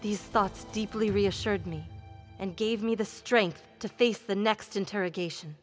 these thoughts deeply reassured me and gave me the strength to face the next interrogation